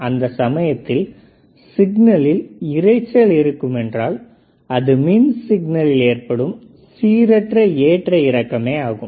அந்த சமயத்தில் சிக்னலில் இரைச்சல் இருக்குமென்றால் அது மின் சிக்னலில் ஏற்படும் சீரற்ற ஏற்ற இறக்கமே ஆகும்